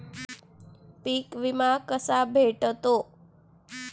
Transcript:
पीक विमा कसा भेटतो?